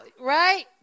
right